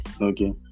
Okay